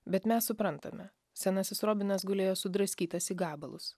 bet mes suprantame senasis robinas gulėjo sudraskytas į gabalus